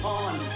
on